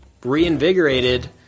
reinvigorated